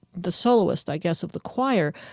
the soloist, i guess, of the choir,